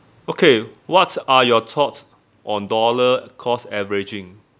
okay what are your thoughts on dollar-cost averaging